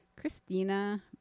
Christina